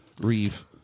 Reeve